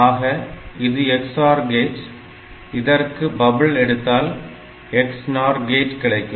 ஆக இது XOR gate இதற்கு பப்பிள் எடுத்தால் XNOR கேட் கிடைக்கும்